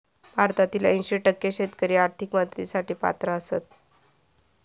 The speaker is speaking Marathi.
भारतातील ऐंशी टक्के शेतकरी आर्थिक मदतीसाठी पात्र आसत